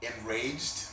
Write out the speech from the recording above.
Enraged